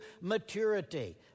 maturity